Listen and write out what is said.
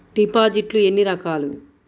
డిపాజిట్లు ఎన్ని రకాలు?